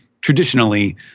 traditionally